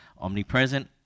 omnipresent